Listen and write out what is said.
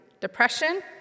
depression